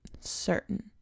certain